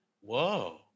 Whoa